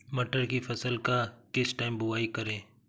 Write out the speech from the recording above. मटर की फसल का किस टाइम बुवाई करें?